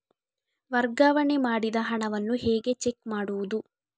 ವರ್ಗಾವಣೆ ಮಾಡಿದ ಹಣವನ್ನು ಹೇಗೆ ಚೆಕ್ ಮಾಡುವುದು?